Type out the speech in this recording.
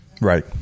Right